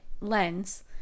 lens